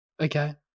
Okay